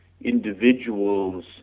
individuals